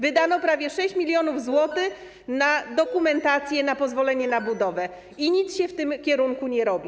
Wydano prawie 6 mln zł na dokumentację, na pozwolenie na budowę i nic się w tym kierunku nie robi.